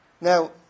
Now